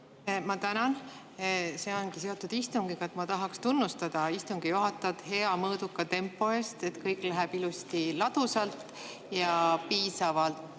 Tänan! See ongi seotud istungiga. Ma tahaksin tunnustada istungi juhatajat hea mõõduka tempo eest, et kõik läheb ilusti ladusalt ja piisavalt